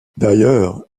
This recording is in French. d’ailleurs